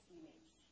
image